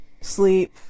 sleep